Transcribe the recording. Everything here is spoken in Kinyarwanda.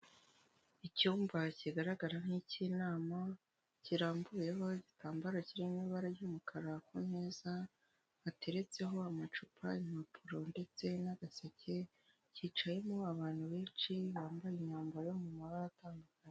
Icyumba kigaragara nk'icy'inama, kirambuyeho igitambaro kiri mu ibara ry'umukara ku meza, hateretseho amacupa, impapuro ndetse n'agaseke, cyicayemo abantu benshi bambara imyambaro yo mu mabara atandukanye.